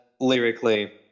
lyrically